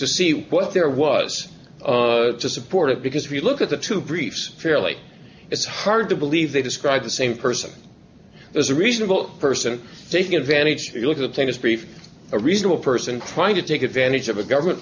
to see what there was to support it because if you look at the two briefs fairly it's hard to believe they describe the same person there's a reasonable person taking advantage to look at things brief a reasonable person trying to take advantage of a government